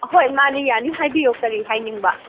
ꯑꯍꯣꯏ ꯃꯥꯅꯤ ꯌꯥꯅꯤ ꯍꯥꯏꯕꯤꯌꯨ ꯀꯔꯤ ꯍꯥꯏꯅꯤꯡꯕ